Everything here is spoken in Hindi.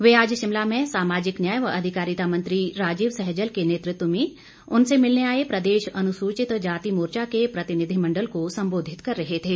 वे आज शिमला में सामाजिक न्याय व अधिकारिता मंत्री राजीव सहजल के नेतृत्व में उनसे मिलने आए प्रदेश अनुसूचित जाति मोर्चा के प्रतिनिधिमण्डल को सम्बोधित कर रहे थे